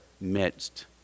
midst